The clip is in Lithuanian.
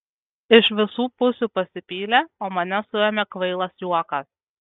iš visų pusių pasipylė o mane suėmė kvailas juokas